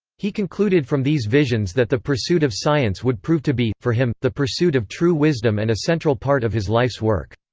he concluded from these visions that the pursuit of science would prove to be, for him, the pursuit of true wisdom and a central part of his life's work.